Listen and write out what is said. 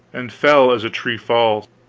and fell as a tree falls.